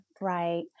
Right